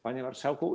Panie Marszałku!